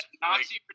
Nazi